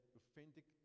authentic